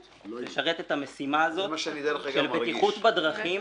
לשאת את המשימה הזאת של בטיחות בדרכים,